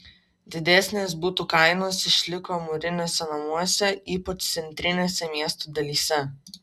didesnės butų kainos išliko mūriniuose namuose ypač centrinėse miestų dalyse